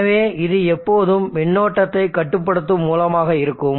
எனவே இது எப்போதும் மின்னோட்டத்தை கட்டுப்படுத்தும் மூலமாக இருக்கும்